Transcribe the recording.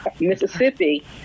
Mississippi